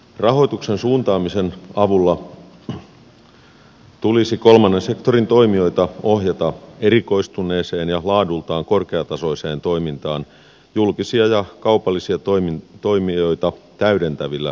rahoituksen suuntaamisen avulla tulisi kolmannen sektorin toimijoita ohjata erikoistuneeseen ja laadultaan korkeatasoiseen toimintaan julkisia ja kaupallisia toimijoita täydentävillä palvelutuotannon sektoreilla